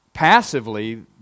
passively